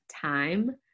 time